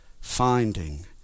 finding